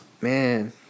Man